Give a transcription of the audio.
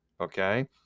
Okay